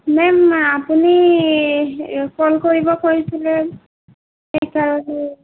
ma'am আপুনি call কৰিব কৈছিলে সেইকাৰণে